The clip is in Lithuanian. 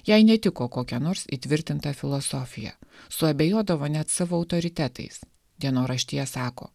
jai netiko kokia nors įtvirtinta filosofija suabejodavo net savo autoritetais dienoraštyje sako